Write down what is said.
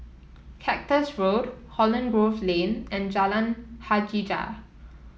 Cactus Road Holland Grove Lane and Jalan Hajijah